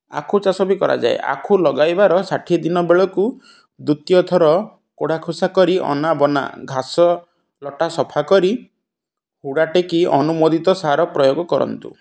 ଆଖୁ ଚାଷ ବି କରାଯାଏ ଆଖୁ ଲଗାଇବାର ଷାଠିଏ ଦିନ ବେଳକୁ ଦ୍ୱିତୀୟ ଥର କୋଡ଼ା ଖୋସା କରି ଅନା ବନା ଘାସ ଲଟା ସଫା କରି ହୁଡ଼ା ଟେକି ଅନୁମୋଦିତ ସାର ପ୍ରୟୋଗ କରନ୍ତୁ